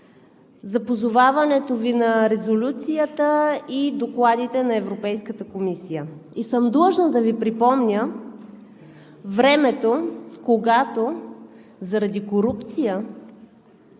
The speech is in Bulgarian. за позоваването Ви на Резолюцията и докладите на Европейската комисия, и съм длъжна да Ви припомня времето, когато заради корупция